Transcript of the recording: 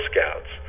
Scouts